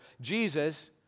Jesus